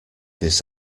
this